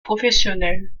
professionnels